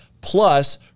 plus